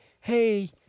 hey